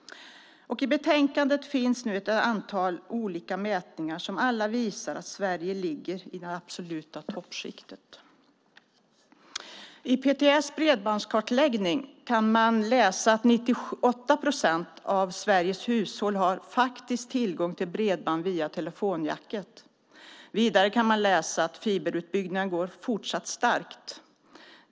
Och i betänkandet finns nu ett antal olika mätningar som alla visar att Sverige ligger i det absoluta toppskiktet. I PTS bredbandskartläggning kan man läsa att 98 procent av Sveriges hushåll har faktisk tillgång till bredband via telefonjacket. Vidare kan man läsa att fiberutbyggnaden går fortsatt starkt.